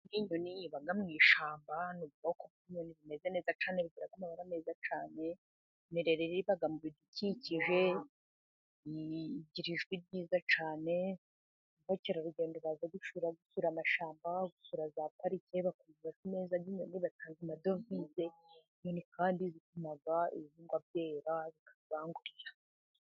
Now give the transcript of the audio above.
Iyi ni nyoni iba mu ishyamba. Ni ubwoko bw'inyoni bumeze neza cyane, bugira amabara ameza cyane. Mirereri iba mu bidukikije, igira ijwi ryiza cyane. Abakerarugendo baza gusura amashyamba, gusura za parike bakumva amajwi meza y'inyoni, batanga amadovize. Inyoni kandi zituma ibihingwa byera zikabibangurira.